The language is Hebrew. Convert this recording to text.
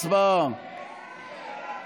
הצבעה.